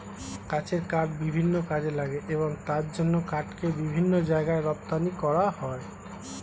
গাছের কাঠ বিভিন্ন কাজে লাগে এবং তার জন্য কাঠকে বিভিন্ন জায়গায় রপ্তানি করা হয়